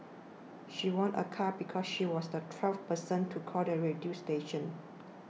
she won a car because she was the twelfth person to call the radio station